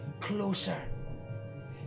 closer